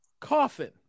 coffin